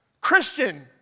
Christian